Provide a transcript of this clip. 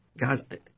god